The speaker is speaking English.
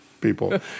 people